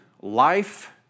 life